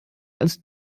als